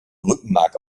rückenmark